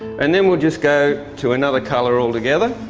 and then we'll just go to another color all together.